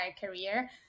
career